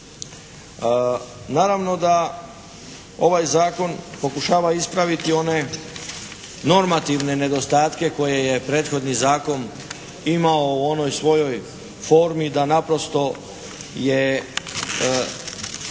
Naravno da ovaj zakon pokušava ispraviti one normativne nedostatke koje je prethodni zakon imao u onoj svojoj formi da naprosto je